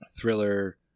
thriller